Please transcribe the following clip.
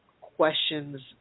questions